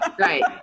right